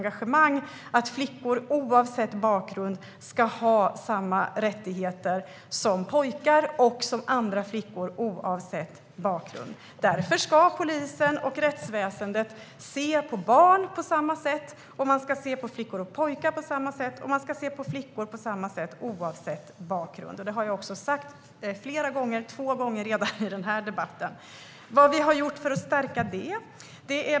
Att flickor oavsett bakgrund ska ha samma rättigheter som pojkar och andra flickor har drivit hela mitt politiska engagemang. Därför ska polis och rättsväsen se på barn på samma sätt, de ska se på flickor och pojkar på samma sätt och de ska se på flickor på samma sätt oavsett bakgrund. Detta har jag sagt flera gånger och redan två gånger i denna debatt. Vad har vi gjort för att stärka detta?